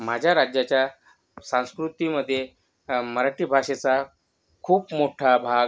माझ्या राज्याच्या संस्कृतीमध्ये मराठी भाषेचा खूप मोठा भाग